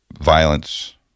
violence